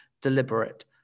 deliberate